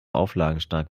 auflagenstark